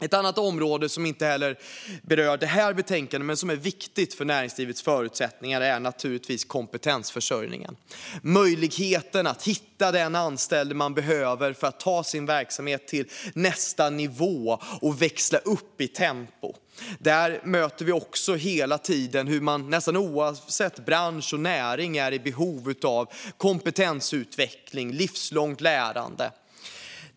Ett annat område som inte heller berörs i betänkandet men som är viktigt för näringslivets förutsättningar är givetvis kompetensförsörjningen - möjligheten att hitta den personal man behöver för att ta sin verksamhet till nästa nivå och växla upp i tempo. Nästan oavsett bransch och näring är man i behov av kompetensutveckling och livslångt lärande.